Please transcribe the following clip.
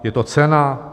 Je to cena?